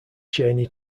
cheney